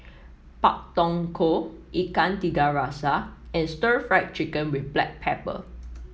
Pak Thong Ko Ikan Tiga Rasa and Stir Fried Chicken with Black Pepper